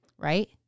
Right